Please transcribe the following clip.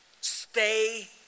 Stay